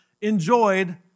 enjoyed